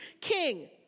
king